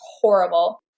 horrible